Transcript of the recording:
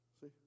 See